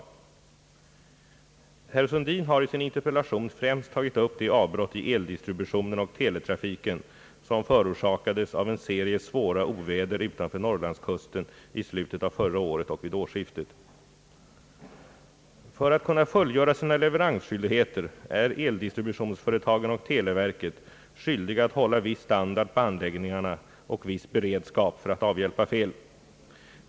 Herr Sundin har i sin interpellation främst tagit upp de avbrott i eldistributionen och teletrafiken som förorsakades av en serie svåra oväder utefter norrlandskusten i slutet av förra året och vid årsskiftet. För att kunna fullgöra sina leveransskyldigheter är eldistributionsföretagen och televerket skyldiga att hålla viss standard på anläggningarna och viss beredskap för att avhjälpa fel.